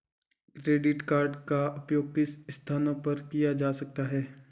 Credit card का उपयोग किन स्थानों पर किया जा सकता है?